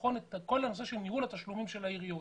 נכון את כל הנושא של ניהול התשלומים של העיריות.